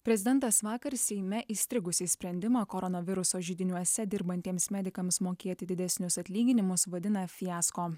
prezidentas vakar seime įstrigusį sprendimą koronaviruso židiniuose dirbantiems medikams mokėti didesnius atlyginimus vadina fiasko